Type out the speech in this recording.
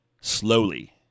Slowly